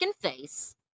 face